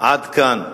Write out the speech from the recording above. עד כאן.